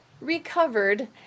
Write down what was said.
recovered